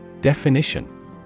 Definition